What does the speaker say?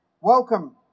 Welcome